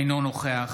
אינו נוכח